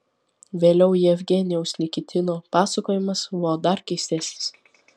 vėliau jevgenijaus nikitino pasakojimas buvo dar keistesnis